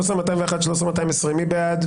13,141 עד 13,160, מי בעד?